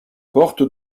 porte